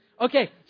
Okay